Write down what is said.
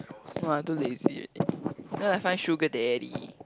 no ah I too lazy already gonna find sugar daddy